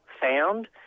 found